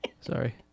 Sorry